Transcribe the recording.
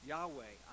Yahweh